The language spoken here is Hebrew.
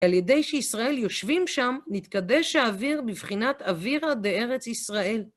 על ידי שישראל יושבים שם, נתקדש האוויר מבחינת אווירה בארץ ישראל.